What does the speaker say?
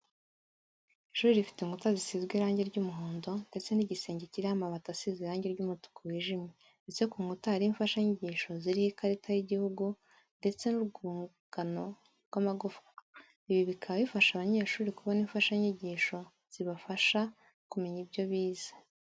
Ishuri rifite inkuta zisizweho irange ry'umuhondo ndetse n'igisenge kiriho amabati asize irange ry'umutuku wijimye ndetse ku nkuta hariho imfashanyigisho ziriho ikarita y'igihugu ndetse n'urwungano rw'amagufwa. Ibi bikaba bifasha abanyeshuri kubona imfashanyigisho zibafasha kumenya ibyo bize.